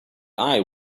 eye